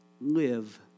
live